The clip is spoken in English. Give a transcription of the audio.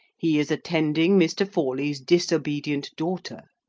he is attending mr. forley's disobedient daughter.